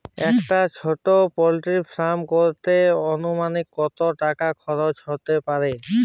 একটা ছোটো poultry farm করতে আনুমানিক কত খরচ কত হতে পারে?